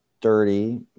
dirty